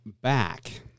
back